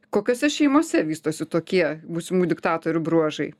kokiose šeimose vystosi tokie būsimų diktatorių bruožai